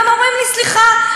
והם אומרים לי: סליחה,